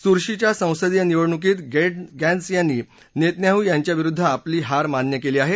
चुरशीच्या संसदीय निवडणूकात गेंट्स यांनी नेतन्याहू यांच्या विरुद्ध आपली हार मान्य केली आहे